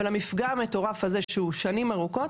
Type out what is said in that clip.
אבל המפגע המטורף הזה שהוא מתמשך שנים ארוכות,